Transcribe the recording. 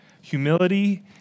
humility